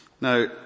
Now